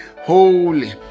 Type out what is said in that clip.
holy